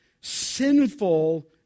sinful